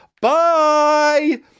Bye